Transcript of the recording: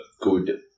good